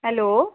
hello